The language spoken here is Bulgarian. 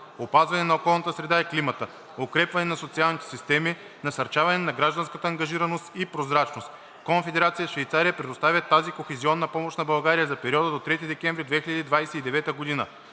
опазване на околната среда и климата; - укрепване на социалните системи; - насърчаване на гражданска ангажираност и прозрачност. Конфедерация Швейцария предоставя тази кохезионна помощ на България за периода до 3 декември 2029 г.